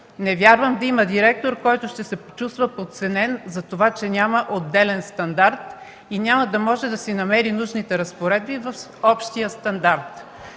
Не вярвам да има директор, който ще се почувства подценен за това, че няма отделен стандарт и няма да може да си намери научните разпоредби в общия стандарт.